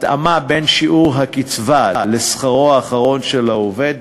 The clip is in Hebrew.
התאמה בין שיעור הקצבה לשכרו האחרון של העובד